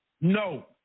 No